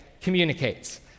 communicates